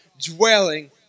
dwelling